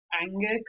anger